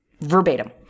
verbatim